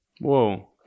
whoa